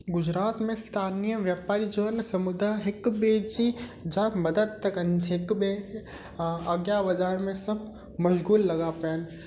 गुजरात में स्थानीय वेपारी जो न समुदाय हिकु ॿिएं जी जाम मदद था कन हिकु ॿिएं अॻियां वधाइण में सभु मशग़ूल लॻा पिया आहिनि